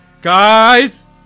guys